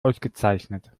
ausgezeichnet